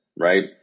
right